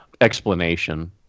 explanation